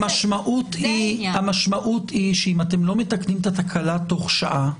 המשמעת היא שאם אתם לא מתקנים את התקהלה תוך שעה,